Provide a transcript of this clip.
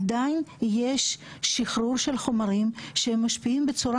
עדיין יש שחרור של חומרים שמשפיעים בצורה